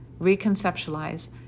reconceptualize